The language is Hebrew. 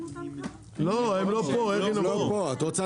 את רוצה